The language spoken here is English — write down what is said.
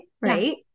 right